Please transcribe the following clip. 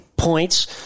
Points